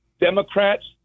Democrats